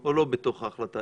או לא בתוך ההחלטה?